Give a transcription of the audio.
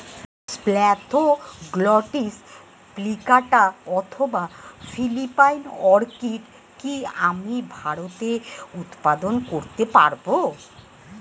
Spathoglottis plicata অথবা Philippine orchid কি আমি ভারতে উৎপাদন করতে পারবো?